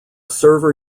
server